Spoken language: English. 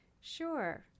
Sure